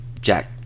Jack